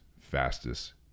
fastest